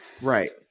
Right